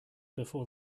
before